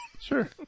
Sure